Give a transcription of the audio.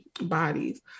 bodies